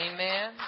Amen